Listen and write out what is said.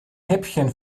häppchen